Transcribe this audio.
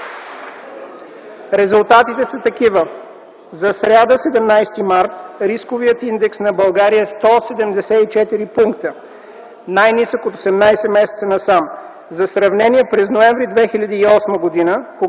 Резултатите са такива: за сряда, 17 март, рисковият индекс на България е 174 пункта, най-нисък от 18 месеца насам. За сравнение – през м. ноември 2008 г.,